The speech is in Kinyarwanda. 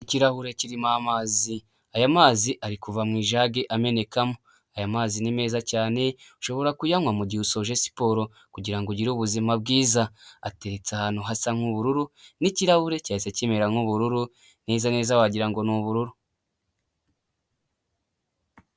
Ikirahure kirimo amazi, aya mazi ari kuva mu ijagi ameneka, aya mazi ni meza cyane ushobora kuyanywa mugihe usoje siporo kugirango ugire ubuzima bwiza, ateretse ahantu hasa nk'ubururu, n'ikirahure cyahise kimera nk'ubururu neza neza wagira ngo ni ubururu.